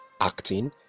acting